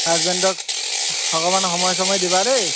হাজবেণ্ডক অকণমান সময় চময় দিবা দেই